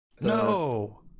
No